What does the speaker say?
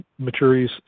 maturities